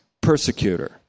persecutor